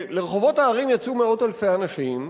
לרחובות הערים יצאו מאות אלפי אנשים,